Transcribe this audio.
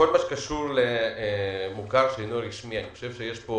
בכל מה שקשור למוכר שאינו רשמי, אני חושב שיש פה